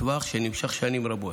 טווח שנמשך שנים רבות.